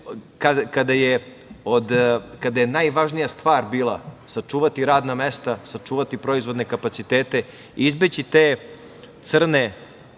kada je najvažnije stvar bila sačuvati radna mesta, sačuvati proizvodne kapacitete, izbeći te crne